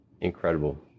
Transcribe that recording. incredible